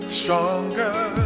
stronger